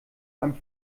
einem